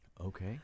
Okay